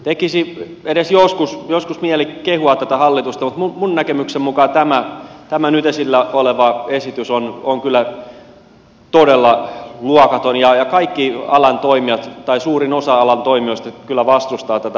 tekisi edes joskus mieli kehua tätä hallitusta mutta minun näkemykseni mukaan tämä nyt esillä oleva esitys on kyllä todella luokaton ja kaikki alan toimijat tai suurin osa alan toimijoista kyllä vastustaa tätä